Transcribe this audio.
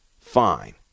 Fine